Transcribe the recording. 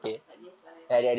tak kisah ya